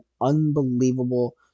unbelievable